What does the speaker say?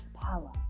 power